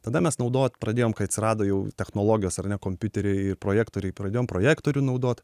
tada mes naudot pradėjom kai atsirado jau technologijos ar ne kompiuteriai ir projektoriai pradėjom projektorių naudot